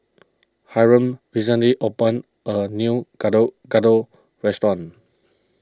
Hyrum recently opened a new Gado Gado restaurant